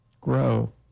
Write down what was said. grow